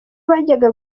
bajyaga